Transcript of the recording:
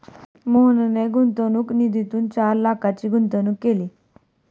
मोहनने गुंतवणूक निधीतून चार लाखांची गुंतवणूक केली